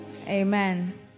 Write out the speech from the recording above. Amen